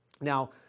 Now